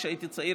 כשהייתי צעיר,